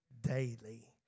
daily